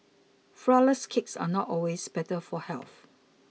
Flourless Cakes are not always better for health